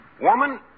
Woman